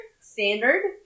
standard